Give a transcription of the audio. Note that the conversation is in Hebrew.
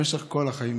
למשך כל החיים,